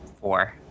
Four